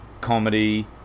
comedy